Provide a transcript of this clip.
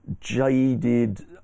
jaded